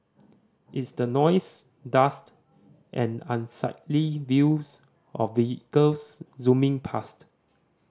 it's the noise dust and unsightly views of vehicles zooming past